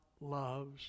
loves